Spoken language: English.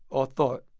or thought?